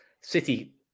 City